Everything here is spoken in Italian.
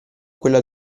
quella